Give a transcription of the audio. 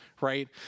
right